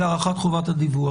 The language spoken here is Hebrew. להארכת חובת הדיווח.